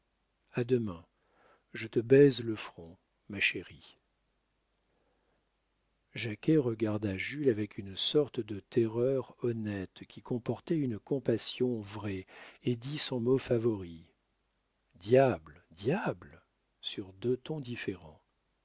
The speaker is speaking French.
a demain je te baise le front ma chérie jacquet regarda jules avec une sorte de terreur honnête qui comportait une compassion vraie et dit son mot favori diable diable sur deux tons différents